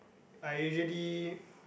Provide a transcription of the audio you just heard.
I usually